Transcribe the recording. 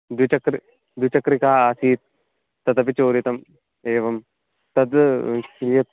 द्विचक्रि द्विचक्रिका आसीत् तदपि चोरितम् एवं तद् यत्